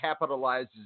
capitalizes